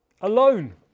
Alone